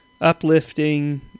uplifting